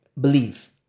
believe